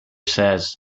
says